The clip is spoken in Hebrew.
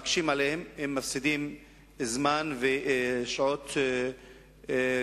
ומקשים עליהם, הם מפסידים זמן ושעות לימוד.